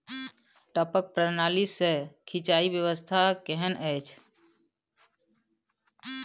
टपक प्रणाली से सिंचाई व्यवस्था केहन अछि?